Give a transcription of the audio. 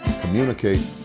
communicate